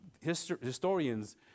historians